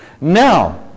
Now